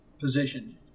position